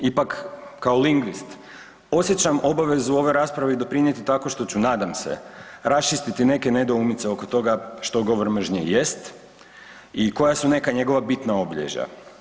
Ipak kao lingvist osjećam obavezu ovoj raspravi doprinijeti tako što ću nadam se raščistiti neke nedoumice oko toga što govor mržnje jest i koja su neka njegova bitna obilježja.